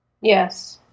Yes